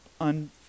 un